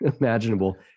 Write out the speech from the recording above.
imaginable